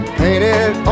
painted